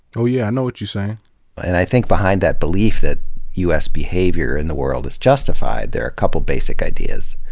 oh yeah. i know what you're saying. and i think behind that belief that u s. behavior in the world is justified, there are a couple basic ideas.